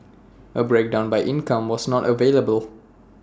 A breakdown by income was not available